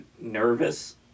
nervous